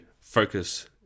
focus